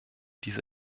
diese